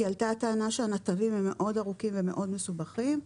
כי עלתה טענה שהנתבים הם מאוד ארוכים ומאוד מסובכים,